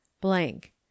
blank